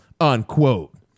unquote